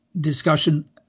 discussion